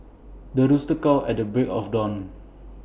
the rooster at the break of dawn